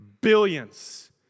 Billions